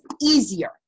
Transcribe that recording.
easier